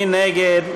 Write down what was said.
מי נגד?